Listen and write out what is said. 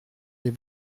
des